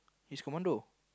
he's commando